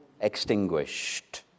extinguished